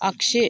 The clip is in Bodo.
आगसि